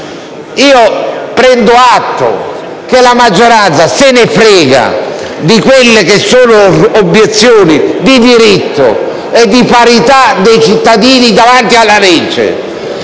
Prendo atto che la maggioranza se ne frega di quelle che sono obiezioni di diritto, per la parità dei cittadini di fronte alla legge,